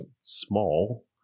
small